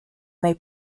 may